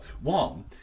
one